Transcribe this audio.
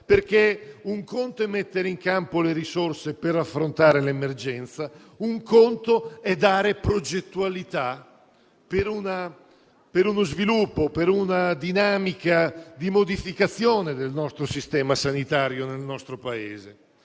conto, infatti, è mettere in campo le risorse per affrontare l'emergenza, un conto è dare progettualità per uno sviluppo, per una dinamica di modificazione del sistema sanitario nel nostro Paese.